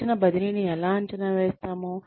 శిక్షణ బదిలీని ఎలా అంచనా వేస్తాము